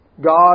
God